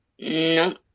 No